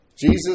Jesus